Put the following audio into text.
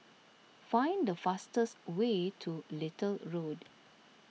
find the fastest way to Little Road